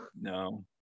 No